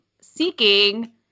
seeking